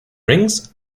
rings